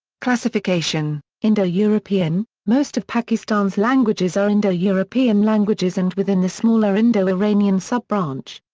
classification indo-european most of pakistan's languages are indo-european languages and within the smaller indo-iranian sub-branch.